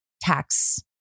tax